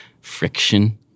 friction